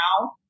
now